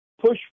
push